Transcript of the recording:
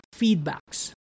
feedbacks